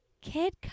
Kid